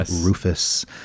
Rufus